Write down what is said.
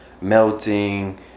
melting